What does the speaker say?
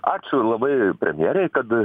ačiū labai premjerei kada